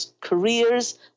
careers